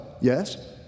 Yes